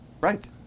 Right